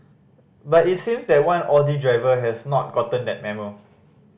but it seems that one Audi driver has not gotten that memo